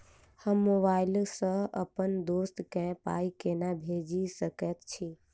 हम मोबाइल सअ अप्पन दोस्त केँ पाई केना भेजि सकैत छी?